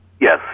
Yes